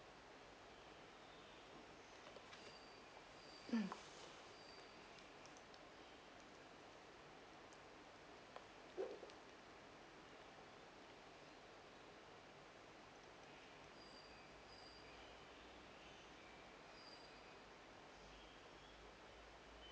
mm